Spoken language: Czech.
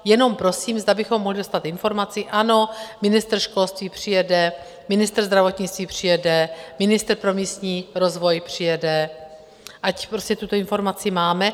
Jenom prosím, zda bychom mohli dostat informaci, ano, ministr školství přijede, ministr zdravotnictví přijede, ministr pro místní rozvoj přijede, ať prostě tuto informaci máme.